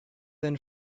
then